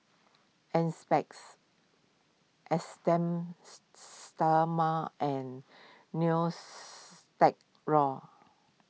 Enzyplex Esteem stoma and